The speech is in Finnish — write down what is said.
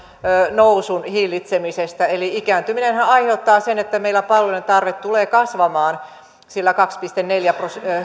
nousun hillitsemisestä eli ikääntyminenhän aiheuttaa sen että meillä palvelujen tarve tulee kasvamaan sillä kahden pilkku neljän